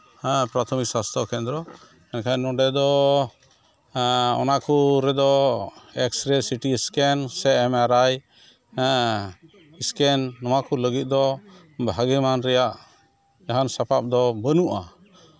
ᱦᱮᱸ ᱯᱨᱟᱛᱷᱚᱢᱤᱠ ᱥᱟᱥᱛᱷᱚ ᱠᱮᱱᱫᱨᱚ ᱮᱱᱠᱷᱟᱱ ᱱᱚᱸᱰᱮ ᱫᱚ ᱚᱱᱟ ᱠᱚ ᱨᱮᱫᱚ ᱮᱠᱥᱨᱮ ᱥᱤᱴᱤ ᱥᱠᱮᱱ ᱥᱮ ᱮᱢᱟᱨᱟᱭ ᱥᱠᱮᱱ ᱱᱚᱣᱟ ᱠᱚ ᱞᱟᱹᱜᱤᱫ ᱫᱚ ᱵᱷᱟᱹᱜᱤ ᱢᱟᱱ ᱨᱮᱭᱟᱜ ᱡᱟᱦᱟᱱ ᱥᱟᱯᱟᱵ ᱫᱚ ᱵᱟᱹᱱᱩᱜᱼᱟ